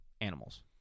animals